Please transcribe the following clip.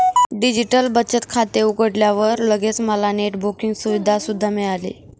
digital बचत खाते उघडल्यावर लगेच मला नेट बँकिंग सुविधा सुद्धा मिळाली